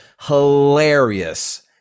Hilarious